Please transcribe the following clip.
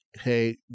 hey